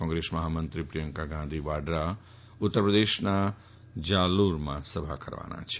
કોંગ્રેસ મફામંત્રી પ્રિયંકા ગાંધી વાડરા ઉત્તરપ્રદેશના જાલીનમાં સભા કરવાના છે